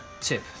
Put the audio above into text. tip